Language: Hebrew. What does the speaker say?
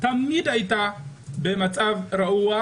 תמיד הייתה במצב רעוע,